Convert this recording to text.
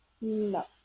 No